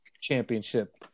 championship